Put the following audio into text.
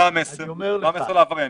ומה המסר לעבריינים?